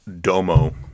Domo